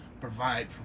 provide